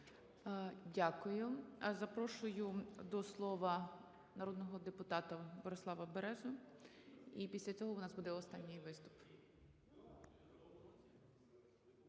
Дякую. Запрошую до слова народного депутата Борислава Березу. І після цього у нас буде останній виступ.